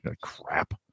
Crap